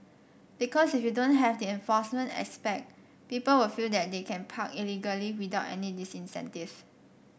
because if you don't have the enforcement aspect people will feel that they can park illegally without any disincentive